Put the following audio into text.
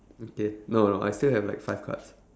okay no no I still have like five cards